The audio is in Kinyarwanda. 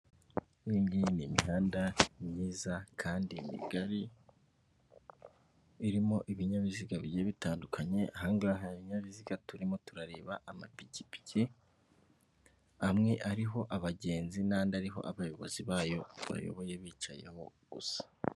Iyi ngiyi ni ni imihanda myiza kandi migari, irimo ibinyabiziga bigiye bitandukanye, aha ngaha hari ibinyabiziga turimo turareba, amapikipiki amwe ariho abagenzi n'andi ariho abayobozi bayo, bayoboye bicayeho gusa.